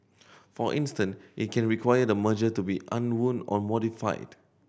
for instance it can require the merger to be unwound or modified